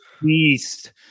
beast